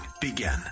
begin